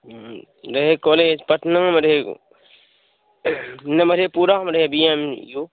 रहै कॉलेज पटनामे रहै नहि मधेपुरामे रहै बी एन यू